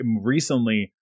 recently